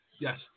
Yes